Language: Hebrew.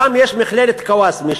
שם יש מכללת קוואסמה,